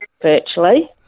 virtually